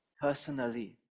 personally